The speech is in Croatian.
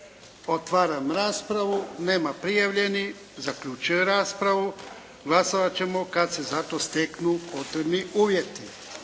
Otvaram raspravu. Nema prijavljenih. Zaključujem raspravu. Glasovati ćemo kada se za to steknu potrebni uvjeti.